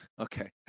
Okay